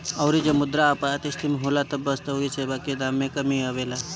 अउरी जब मुद्रा अपस्थिति में होला तब वस्तु अउरी सेवा के दाम में कमी आवेला